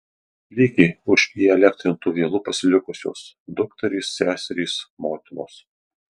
klykė už įelektrintų vielų pasilikusios dukterys seserys motinos